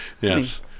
Yes